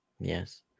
Yes